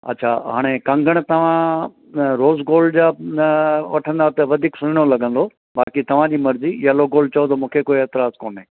अछा हाणे कंगण तवां रोज़ गोल्ड जा न वठंदा त वधीक सुहिणो लॻंदो बाकी तव्हांजी मर्ज़ी यैलो गोल्ड चओ त मूंखे कोई ऐतराज़ कोन्हे